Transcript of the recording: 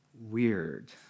weird